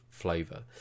flavor